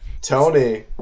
Tony